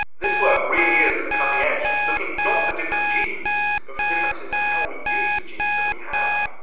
this work really is at the cutting edge, looking not for different genes but for differences in how we use the genes that we have.